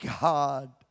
God